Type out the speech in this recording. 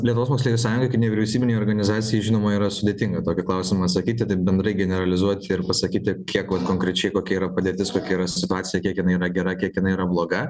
lietuvos moksleivių sąjunga kaip nevyriausybinė organizacija žinoma yra sudėtinga į tokį klausimą atsakyti taip bendrai generalizuoti ir pasakyti kiek kon konkrečiai kokia yra padėtis kokia yra situacija kiek jinai yra gera kiek jinai yra bloga